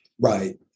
Right